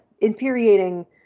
infuriating